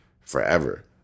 forever